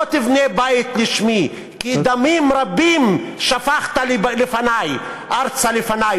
לא תבנה בית לשמי כי דמים רבים שפכת ארצה לפני.